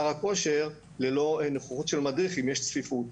הכושר ללא נוכחות של מדריך אם יש צפיפות.